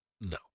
No